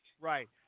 Right